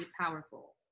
powerful